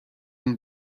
been